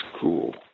cool